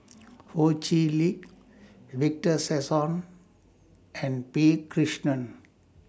Ho Chee Lick Victor Sassoon and P Krishnan